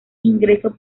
ingreso